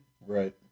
Right